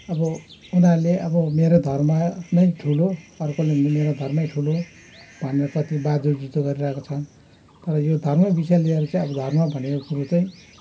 अब उनीहरूले अब मेरो धर्म नै ठुलो अर्कोले मेरो धर्मै ठुलो भन्नेपट्टि बाझ्यो जुझ्यो गरिरहेको छन् तर यो धर्म विषय लिएर चाहिँ अब धर्म भनेको कुरो चाहिँ